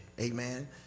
amen